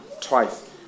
twice